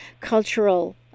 cultural